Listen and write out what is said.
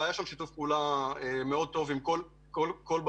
והיה שם שיתוף פעולה טוב עם כל הגורמים.